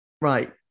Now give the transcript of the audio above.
Right